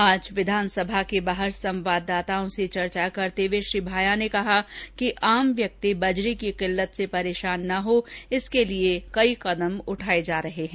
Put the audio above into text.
आज विधानसभा के बाहर संवाददाताओं से चर्चा करते हुए श्री भाया ने कहा कि आम व्यक्ति बजरी की किल्लत से परेषान न हो इसके लिए विभिन्न कदम उठाये जा रहे हैं